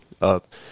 up